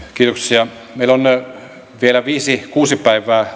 meillä on vielä viisi kuusi päivää